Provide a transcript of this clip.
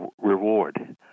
reward